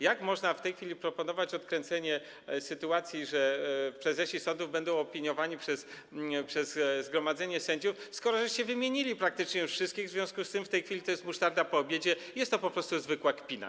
Jak można w tej chwili proponować odkręcenie sytuacji, że prezesi sądów będą opiniowani przez zgromadzenie sędziów, skoro wymieniliście praktycznie już wszystkich, w związku z tym w tej chwili to jest musztarda po obiedzie, jest to po prostu zwykła kpina.